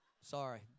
Sorry